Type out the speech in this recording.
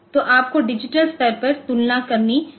तो आपको डिजिटल स्तर पर तुलना करनी होगी